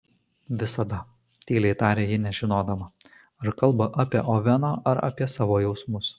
visada tyliai tarė ji nežinodama ar kalba apie oveno ar apie savo jausmus